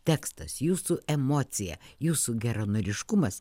tekstas jūsų emocija jūsų geranoriškumas